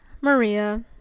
maria